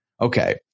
Okay